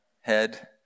head